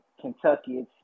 Kentucky